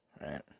right